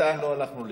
עדיין לא הלכנו לישון.